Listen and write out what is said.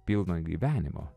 pilno gyvenimo